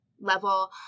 level